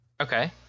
okay